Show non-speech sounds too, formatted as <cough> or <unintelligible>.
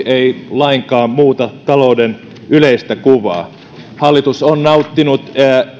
<unintelligible> ei lainkaan muuta talouden yleistä kuvaa hallitus on nauttinut